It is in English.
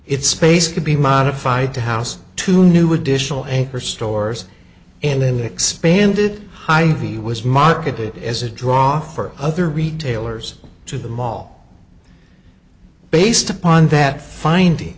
its space could be modified to house two new additional anchor stores and then expanded hihi was marketed as a draw for other retailers to the mall based upon that finding